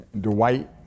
Dwight